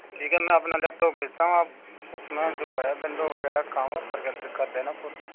तो ठीक है मैं अपना लैपटॉप भेजता हूँ आप उसमें जो है विंडो वगैरह काम हो कर दे कर देना पूरा